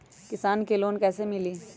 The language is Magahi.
किसान के लोन कैसे मिली?